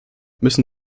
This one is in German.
müssen